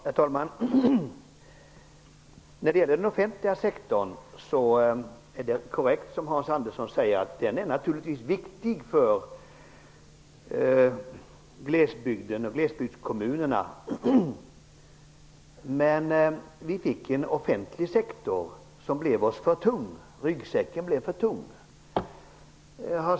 Herr talman! Det som Hans Andersson sade om den offentliga sektorn är korrekt; den är naturligtvis viktig för glesbygden och glesbygdskommunerna. Men vi fick en offentlig sektor som blev oss för tung. Ryggsäcken blev för tung.